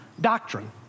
doctrine